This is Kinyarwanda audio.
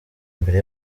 imbere